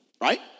Right